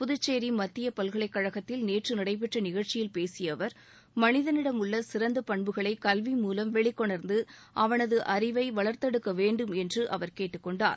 புதுச்சேரி மத்திய பல்கலைக் கழகத்தில் நேற்று நடைபெற்ற நிகழ்ச்சியில் பேசிய அவர் மனிதனிடம் உள்ள சிறந்த பண்புகளை கல்வி மூலம் வெளிக் கொணர்ந்து அவனது அறிவை வளர்த்தெடுக்க வேண்டும் என்று அவர் கேட்டுக் கொண்டார்